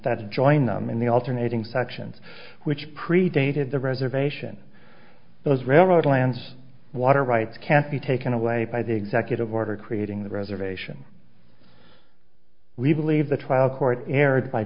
that join them in the alternating sections which predated the reservation those railroad lands water rights can't be taken away by the executive order creating the reservation we believe the trial court erred by